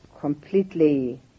completely